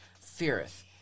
feareth